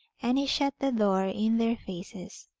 and he shut the door in their faces.